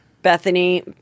Bethany